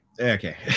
Okay